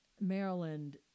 Maryland